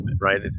right